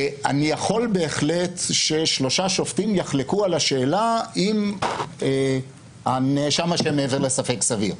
יכול בהחלט ששלושה שופטים יחלקו על השאלה אם הנאשם אשם מעבר לספק סביר.